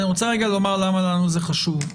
אני רוצה לומר למה זה חשוב.